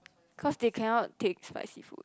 cause they cannot take spicy food